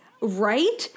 right